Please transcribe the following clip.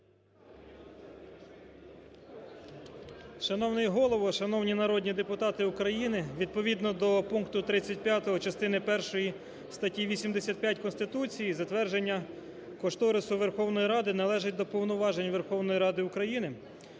Шановний Голово, шановні народні депутати України, відповідно до пункту 35 частини першої статті 85 Конституції затвердження кошторису Верховної Ради належить до повноважень Верховної Ради України.